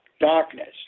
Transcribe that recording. darkness